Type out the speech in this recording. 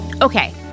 Okay